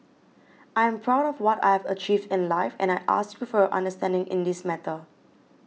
I am proud of what I have achieved in life and I ask you for your understanding in this matter